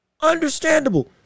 understandable